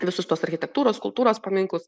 visus tuos architektūros kultūros paminklus